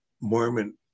Mormon